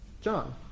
John